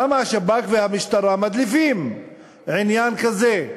למה השב"כ והמשטרה מדליפים עניין כזה?